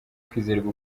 kwizerwa